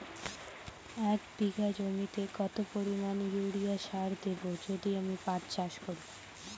এক বিঘা জমিতে কত পরিমান ইউরিয়া সার দেব যদি আমি পাট চাষ করি?